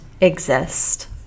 exist